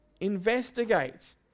investigate